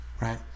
right